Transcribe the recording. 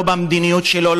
לא במדיניות שלו,